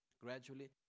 gradually